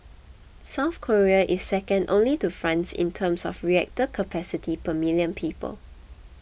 South Korea is second only to France in terms of reactor capacity per million people